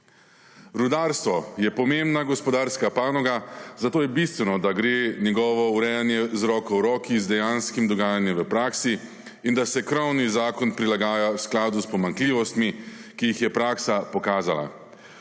Rudarstvo je pomembna gospodarska panoga, zato je bistveno, da gre njegovo urejanje z roko v roki z dejanskim dogajanjem v praksi in da se krovni zakon prilagaja v skladu s pomanjkljivostmi, ki jih je praksa pokazala.